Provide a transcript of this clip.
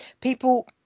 People